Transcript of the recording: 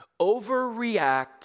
Overreact